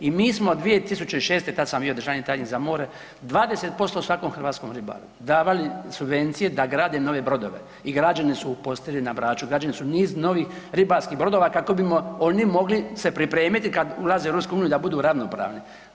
I mi smo 2006., tad sam bio državni tajnik za more, 20% svakom hrvatskom ribaru davali subvencije da grade nove brodove i građani su u Postiri na Braču, građeni su niz novih ribarskih brodova kako bi oni mogli se pripremiti kad ulaze u EU da budu ravnopravni.